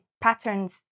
patterns